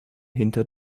hinter